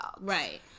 Right